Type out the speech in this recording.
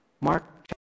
Mark